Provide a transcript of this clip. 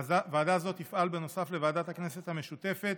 ועדה זו תפעל נוסף לוועדת הכנסת המשותפת,